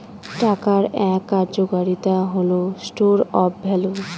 টাকার এক কার্যকারিতা হল স্টোর অফ ভ্যালু